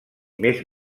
més